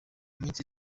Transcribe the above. minsi